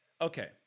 okay